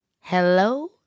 Hello